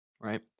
Right